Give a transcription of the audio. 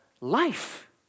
life